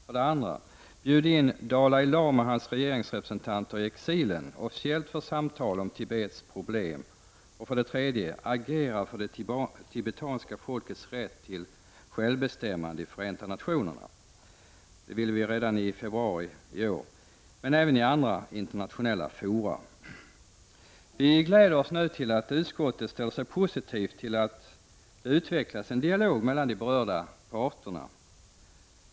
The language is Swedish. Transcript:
För det andra: Bjud in Dalai Lama och hans regeringsrepresentanter i exilen officiellt för samtal om Tibets problem. För det tredje: Agera i Förenta nationerna — det sade vi redan i februari i år — men även i andra internationella fora för det tibetanska folkets rätt till självbestämmande. Vi gläder oss att utskottet ställer sig positivt till att det utvecklas en dialog mellan de berörda parterna.